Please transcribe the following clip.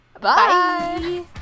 Bye